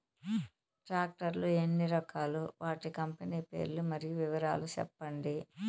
Tractor లు ఎన్ని రకాలు? వాటి కంపెని పేర్లు మరియు వివరాలు సెప్పండి?